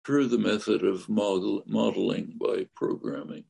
through the method of modelling by programming